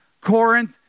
corinth